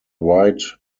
white